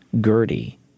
Gertie